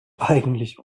eigentlich